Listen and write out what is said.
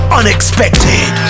unexpected